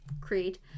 Creed